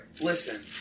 listen